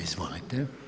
Izvolite.